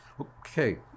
Okay